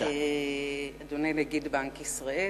אדוני נגיד בנק ישראל,